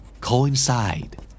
Coincide